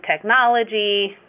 technology